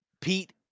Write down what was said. Pete